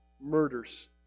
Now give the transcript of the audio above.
murders